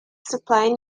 supply